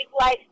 life